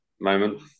moment